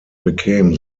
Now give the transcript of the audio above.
became